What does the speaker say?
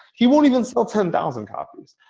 he won't even sell ten thousand copies.